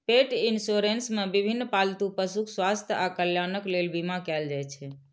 पेट इंश्योरेंस मे विभिन्न पालतू पशुक स्वास्थ्य आ कल्याणक लेल बीमा कैल जाइ छै